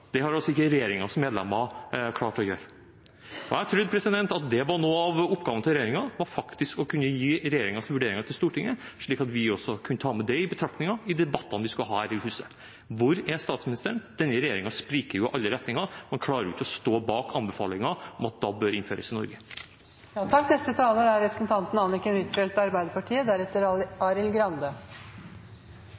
har regjeringens medlemmer ikke klart å gjøre. Jeg trodde noe av oppgaven til regjeringen var å kunne gi Stortinget regjeringens vurderinger, slik at vi kunne ta dem i betraktning i debattene vi skal ha her i huset. Hvor er statsministeren? Denne regjeringen spriker i alle retninger – man klarer jo ikke å stå bak anbefalingen om at DAB bør innføres i Norge. Jeg støtter DAB, og jeg foreslo det som statsråd for Stortinget i 2011. Det er